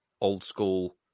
old-school